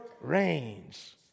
reigns